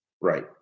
Right